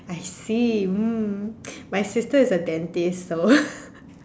I see mm my sister is a dentist so